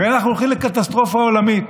הרי אנחנו הולכים לקטסטרופה עולמית